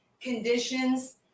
conditions